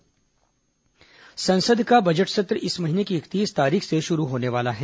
संसद बजट सत्र संसद का बजट सत्र इस महीने की इकतीस तारीख से शुरू होने वाला है